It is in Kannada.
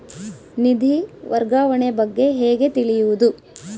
ನಿಧಿ ವರ್ಗಾವಣೆ ಬಗ್ಗೆ ಹೇಗೆ ತಿಳಿಯುವುದು?